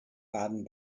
baden